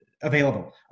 available